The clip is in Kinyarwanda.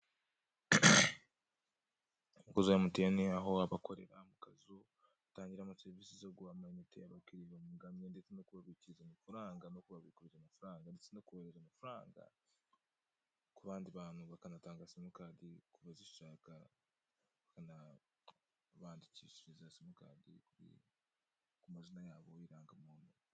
Umukozi wa Emutiyene aho aba akorera mu kazu atangiramo serivisi zo guha amayinite abakiriya bamuganye ndetse no kubabikiriza amafaranga no kubabikuriza amafaranga ndetse no kuboherereza amafaranga, ku bandi bantu bakanatanga simukadi ku bazishaka, bakanabandikishiriza simukandi ku mazina yabo y'irangamuntu.